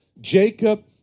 Jacob